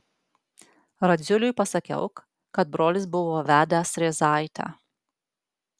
radziuliui pasakiau kad brolis buvo vedęs rėzaitę